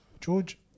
George